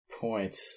point